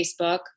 Facebook